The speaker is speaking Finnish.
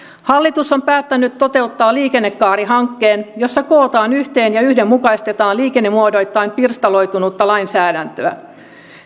hallitus on päättänyt toteuttaa liikennekaarihankkeen jossa kootaan yhteen ja yhdenmukaistetaan liikennemuodoittain pirstaloitunutta lainsäädäntöä